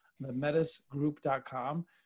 TheMetisGroup.com